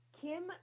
Kim